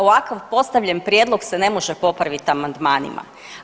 Ovakav postavljen prijedlog se ne može popraviti amandmanima.